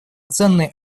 ценный